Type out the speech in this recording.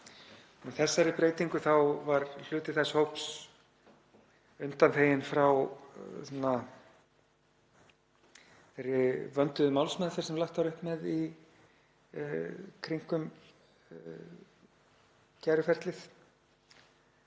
Með þessari breytingu var hluti þess hóps undanþeginn frá þeirri vönduðu málsmeðferð sem lagt var upp með í kringum kæruferlið.